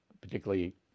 particularly